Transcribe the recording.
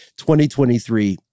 2023